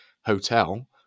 hotel